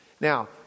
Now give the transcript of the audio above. Now